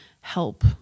help